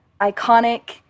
iconic